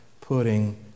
putting